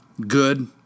good